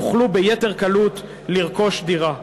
יוכלו ביתר קלות לרכוש דירה.